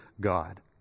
God